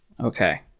Okay